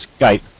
Skype